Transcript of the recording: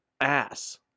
ass